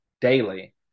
daily